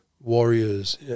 warriors